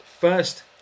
First